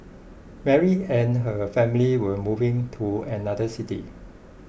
Mary and her family were moving to another city